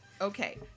okay